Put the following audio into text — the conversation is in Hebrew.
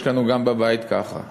יש לנו גם בבית ככה.